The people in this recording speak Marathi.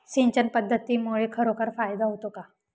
सिंचन पद्धतीमुळे खरोखर फायदा होतो का?